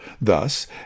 Thus